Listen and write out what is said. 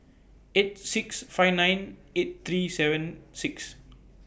eight six five nine eight three seven six